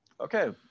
Okay